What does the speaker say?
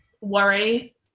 worry